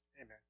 Amen